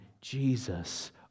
Jesus